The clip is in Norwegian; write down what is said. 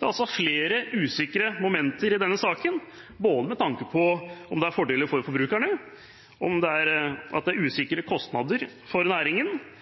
Det er altså flere usikre momenter i denne saken, både med tanke på om det er fordeler for forbrukerne at det er usikre kostnader for næringen at det er